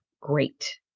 great